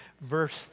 verse